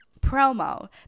promo